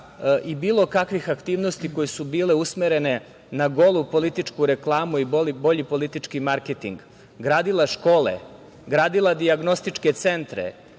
i bilo kakvih aktivnosti koje su bile usmerene na golu političku reklamu i bolji politički marketing, gradila škole, gradila dijagnostičke centre,